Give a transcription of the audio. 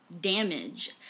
damage